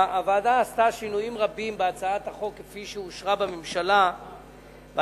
הוועדה עשתה שינויים רבים בהצעת החוק כפי שאושרה בממשלה הקודמת,